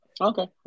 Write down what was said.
Okay